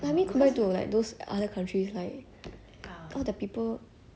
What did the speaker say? so tall so like 壮 [one] then 全部 asians